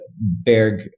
Berg